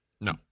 No